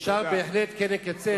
אפשר בהחלט כן לקצץ,